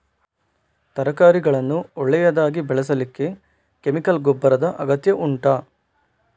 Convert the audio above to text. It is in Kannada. ತರಕಾರಿಗಳನ್ನು ಒಳ್ಳೆಯದಾಗಿ ಬೆಳೆಸಲಿಕ್ಕೆ ಕೆಮಿಕಲ್ ಗೊಬ್ಬರದ ಅಗತ್ಯ ಉಂಟಾ